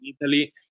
italy